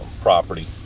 property